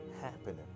happening